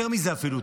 יותר מזה אפילו,